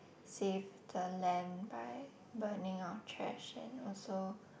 save the land by burning our trash and also